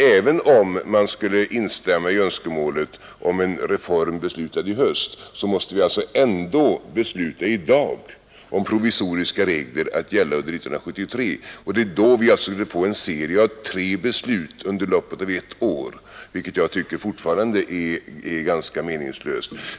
Även om man skulle instämma i önskemålet om en reform beslutad i höst, måste vi alltså ändå i dag besluta om provisoriska regler att gälla under år 1973. Då skulle vi alltså få en serie av tre beslut under loppet av ett år, vilket jag fortfarande tycker är ganska meningslöst.